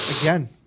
Again